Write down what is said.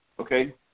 Okay